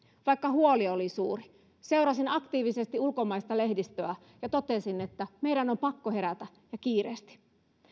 vaikka huoli oli suuri seurasin aktiivisesti ulkomaista lehdistöä ja totesin että meidän on pakko herätä ja kiireesti